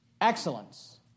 Excellence